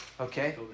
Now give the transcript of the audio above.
Okay